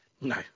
No